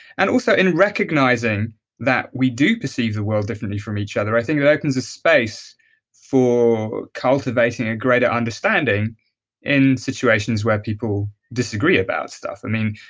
and also in recognizing that we do perceive the world differently from each other, i think that opens a space for cultivating a greater understanding in situations where people disagree about stuff. i live